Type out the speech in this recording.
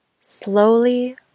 slowly